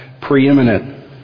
preeminent